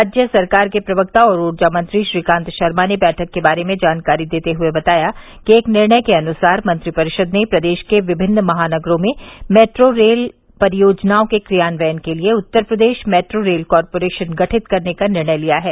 राज्य सरकार के प्रवक्ता और ऊर्जा मंत्री श्रीकांत शर्मा ने बैठक के बारे में जानकारी देते हुए बताया कि एक निर्णय के अनुसार मंत्रिपरिषद ने प्रदेश के विभिन्न महानगरों में मेट्रो रेल परियोजनाओं के क्रियान्वयन के लिये Uttar Pradesh metro rail corporation गठित करने का निर्णय लिया है